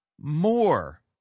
more